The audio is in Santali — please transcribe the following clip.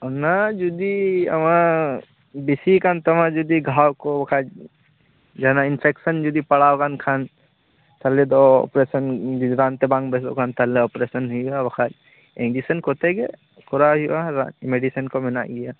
ᱩᱱᱟᱹᱜ ᱡᱩᱫᱤ ᱟᱢᱟᱜ ᱵᱤᱥᱤ ᱠᱟᱱ ᱛᱟᱢᱟ ᱡᱩᱫᱤ ᱜᱷᱟᱣ ᱠᱚ ᱵᱟᱠᱷᱟᱡ ᱡᱟᱦᱟᱱᱟᱜ ᱤᱱᱯᱷᱮᱠᱥᱚᱱ ᱡᱩᱫᱤ ᱯᱟᱲᱟᱣ ᱟᱠᱟᱱ ᱠᱷᱟᱱ ᱛᱟᱦᱚᱞᱮ ᱫᱚ ᱚᱯᱟᱨᱮᱥᱚᱱ ᱡᱩᱫᱤ ᱨᱟᱱᱛᱮ ᱵᱟᱝ ᱵᱮᱥᱚᱜ ᱠᱷᱟᱱ ᱛᱟᱦᱚᱞᱮ ᱚᱯᱨᱮᱥᱚᱱ ᱦᱩᱭᱩᱜ ᱟ ᱵᱟᱠᱷᱟᱡ ᱤᱧᱡᱮᱠᱥᱚᱱ ᱠᱚᱛᱮᱜᱮ ᱠᱚᱨᱟᱣ ᱦᱩᱭᱩᱜ ᱟ ᱢᱮᱰᱤᱥᱤᱱ ᱠᱚ ᱢᱮᱱᱟᱜ ᱜᱮᱭᱟ